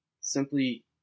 simply